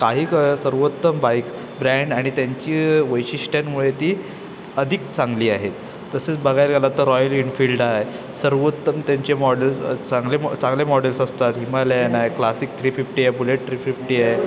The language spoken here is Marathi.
काही क सर्वोत्तम बाईक्स ब्रँड आणि त्यांची वैशिष्ट्यांमुळे ती अधिक चांगली आहेत तसेच बघायला गेला तर रॉयल इनफिल्ड आहे सर्वोत्तम त्यांचे मॉडेस चांगले चांगले मॉडेल्स असतात हिमालयन आहे क्लासिक थ्री फिफ्टी ए बुलेट थ्री फिफ्टी ए